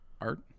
Art